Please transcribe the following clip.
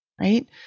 right